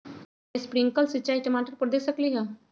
का हम स्प्रिंकल सिंचाई टमाटर पर दे सकली ह?